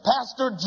Pastor